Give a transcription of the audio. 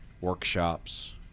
workshops